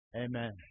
Amen